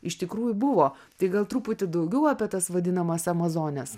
iš tikrųjų buvo tai gal truputį daugiau apie tas vadinamas amazones